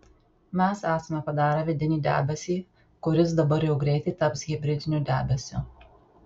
mes esame padarę vidinį debesį kuris dabar jau greitai taps hibridiniu debesiu